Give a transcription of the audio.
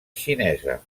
xinesa